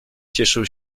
cieszył